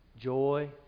joy